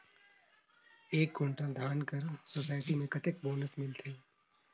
एक कुंटल धान कर सोसायटी मे कतेक बोनस मिलथे?